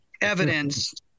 evidence